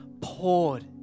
poured